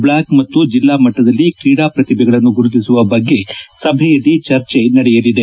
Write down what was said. block ಮತ್ತು ಜಿಲ್ಲಾ ಮಟ್ಟದಲ್ಲಿ ಕ್ರೀಡಾ ಪ್ರತಿಭೆಗಳನ್ನು ಗುರುತಿಸುವ ಬಗ್ಗೆ ಸಭೆಯಲ್ಲಿ ಚರ್ಚೆ ನಡೆಯಲಿದೆ